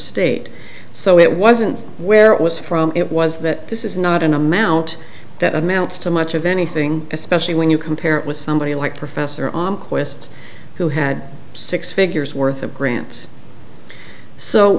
state so it wasn't where it was from it was that this is not an amount that amounts to much of anything especially when you compare it with somebody like professor on quest who had six figures worth of grants so